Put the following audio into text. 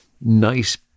nice